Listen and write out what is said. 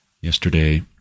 Yesterday